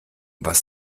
was